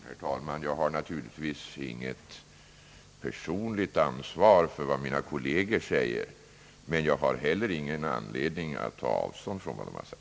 Herr talman! Jag har naturligtvis inget personligt ansvar för vad mina kolleger säger, men jag har heller ingen anledning att ta avstånd från vad de har sagt!